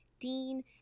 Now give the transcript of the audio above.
dean